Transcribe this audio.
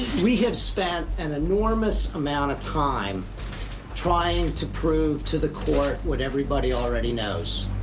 we have spent an enormous amount of time trying to prove to the court what everybody already knows,